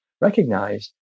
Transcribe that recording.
recognized